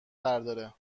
برداره